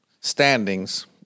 standings